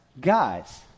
guys